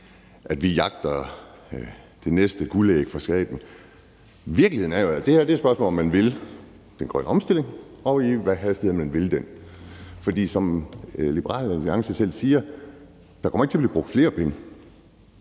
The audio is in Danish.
vi jagter det næste guldæg fra staten. Virkeligheden er jo, at det her er et spørgsmål om, om man vil den grønne omstilling, og i hvilken hastighed man vil den. For som Liberal Alliance selv siger, kommer der ikke til at blive brugt flere penge.